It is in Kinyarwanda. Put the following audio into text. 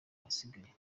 ahasigaye